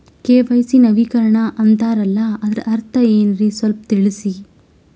KYC ನವೀಕರಣ ಅಂತಾರಲ್ಲ ಅದರ ಅರ್ಥ ಏನ್ರಿ ಸ್ವಲ್ಪ ತಿಳಸಿ?